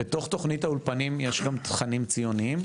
בתוך תוכנית האולפנים, יש גם תכנים ציוניים?